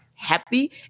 Happy